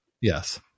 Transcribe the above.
yes